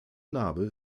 narbe